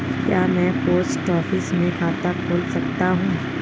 क्या मैं post office में खाता खोल सकता हूँ?